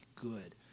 good